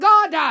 God